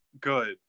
Good